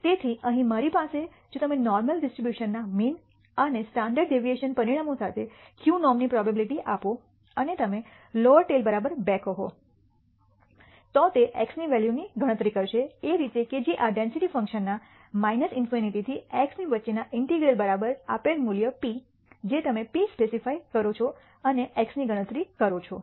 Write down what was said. તેથી અહીં મારી પાસે જો તમે નોર્મલ ડિસ્ટ્રીબ્યુશન ના મીન અને સ્ટાન્ડર્ડ ડેવિએશન પરિમાણો સાથે ક્યૂનોર્મની પ્રોબેબીલીટી આપો અને તમે લોઅર ટેઈલ 2 કહો તો તે X ની વેલ્યુની ગણતરી કરશે કે એ રીતે કે જે આ ડેન્સિટી ફંકશનના ∞ થી X ની વચ્ચેના ઇન્ટેગ્રલ આપેલ મૂલ્ય p જે તમે p સ્પેસિફાય કરો છો અને X ગણતરી કરો છો